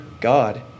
God